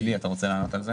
עלי, אתה רוצה לענות על זה?